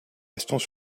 restons